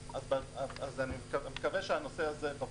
אז אני מקווה שהנושא הזה ברור.